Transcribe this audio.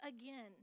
again